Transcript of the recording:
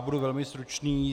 Budu velmi stručný.